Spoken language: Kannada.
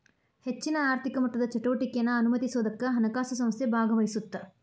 ಹೆಚ್ಚಿನ ಆರ್ಥಿಕ ಮಟ್ಟದ ಚಟುವಟಿಕೆನಾ ಅನುಮತಿಸೋದಕ್ಕ ಹಣಕಾಸು ಸಂಸ್ಥೆ ಭಾಗವಹಿಸತ್ತ